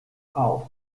auch